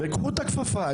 קחו את הכפפה.